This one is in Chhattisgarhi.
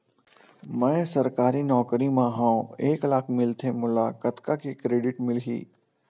मैं सरकारी नौकरी मा हाव एक लाख मिलथे मोला कतका के क्रेडिट मिलही?